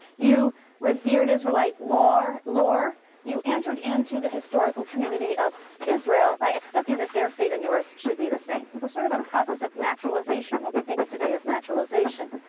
you revered israelite lore, you entered into the historical community of israel by accepting that their fate and yours should be the same. it was sort of a process of naturalization, what we think of today as naturalization.